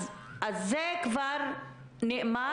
אז זה כבר נאמר.